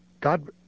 God